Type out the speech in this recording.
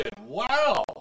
wow